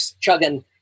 chugging